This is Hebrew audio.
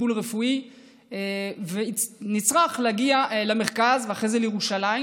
טיפול רפואי ונצרך להגיע למרכז ואחרי זה לירושלים,